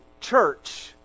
church